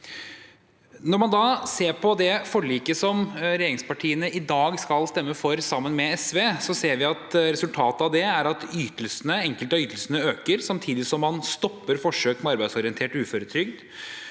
Når man da ser på det forliket som regjeringspartiene i dag skal stemme for sammen med SV, ser vi at resultatet av det er at enkelte av ytelsene øker. Samtidig stopper man forsøk med arbeidsorientert uføretrygd.